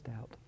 out